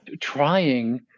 trying